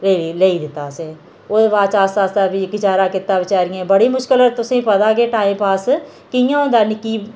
लेई दित्ता असें उसी ओह्दे बाद च आस्ता आस्ता फ्ही बचारा कीता बचारिये बड़ा मुश्कल तुसें गी पता केह् टाइम पास कि'यां होंदा निक्की